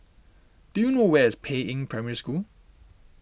do you know where is Peiying Primary School